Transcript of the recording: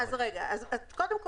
קודם כל,